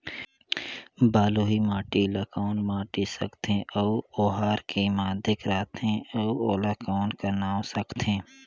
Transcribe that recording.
बलुही माटी ला कौन माटी सकथे अउ ओहार के माधेक राथे अउ ओला कौन का नाव सकथे?